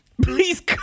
Please